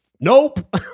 nope